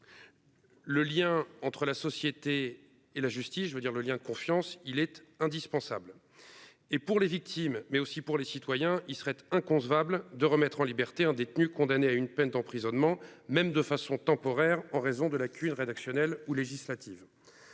Le lien entre la société et la justice, je veux dire le lien de confiance, il était indispensable, et pour les victimes, mais aussi pour les citoyens, il serait inconcevable de remettre en liberté un détenu condamné à une peine d'emprisonnement, même de façon temporaire, en raison de lacunes rédactionnelle ou législatives